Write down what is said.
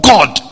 God